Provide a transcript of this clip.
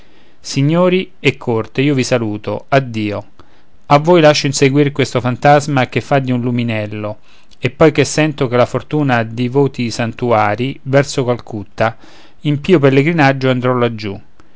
signori e corte io vi saluto addio a voi lascio inseguir questo fantasma che fa di luminello e poi che sento che fortuna ha divoti santuari verso calcutta in pio pellegrinaggio andrò laggiù